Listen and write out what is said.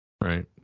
right